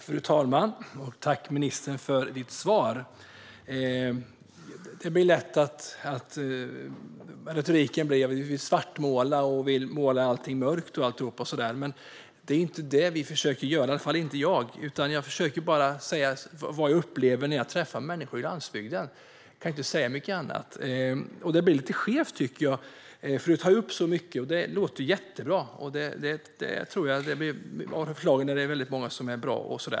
Fru talman! Jag tackar ministern för svaret. Det blir lätt att man svartmålar i retoriken. Men det är inte det som vi försöker göra, i alla fall inte jag. Jag försöker bara säga vad jag upplever när jag träffar människor på landsbygden. Jag kan inte säga mycket annat. Det blir lite skevt, tycker jag, eftersom ministern tar upp så mycket. Det låter jättebra, och det är många förslag som är bra.